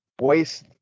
waste